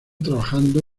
trabajando